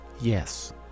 Yes